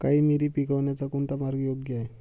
काळी मिरी पिकवण्याचा कोणता मार्ग योग्य आहे?